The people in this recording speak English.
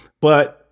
But-